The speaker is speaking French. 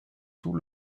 tout